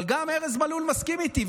אבל גם ארז מלול מסכים איתי,